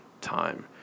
time